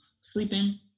sleeping